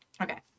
Okay